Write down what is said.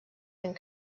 and